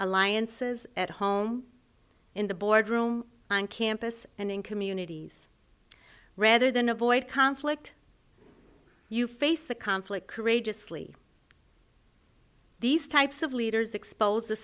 alliances at home in the boardroom on campus and in communities rather than avoid conflict you face the conflict courageously these types of leaders expose